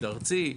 ארצי?